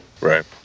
right